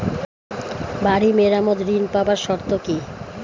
বাড়ি মেরামত ঋন পাবার শর্ত কি?